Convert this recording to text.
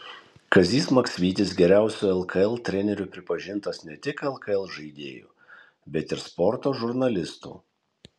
kazys maksvytis geriausiu lkl treneriu pripažintas ne tik lkl žaidėjų bet ir sporto žurnalistų